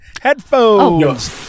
Headphones